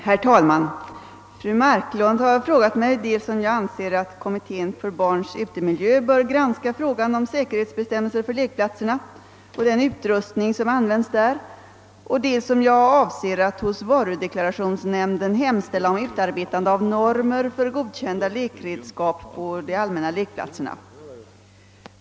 Herr talman! Fru Marklund har frågat mig dels om jag anser att kommittén för barns utemiljö bör granska frågan om säkerhetsbestämmelser för lekplatserna och den utrustning som används där, dels om jag avser att hos varudeklarationsnämnden hemställa om utarbetande av normer för godkända lekredskap på de allmänna lekplatserna.